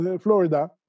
Florida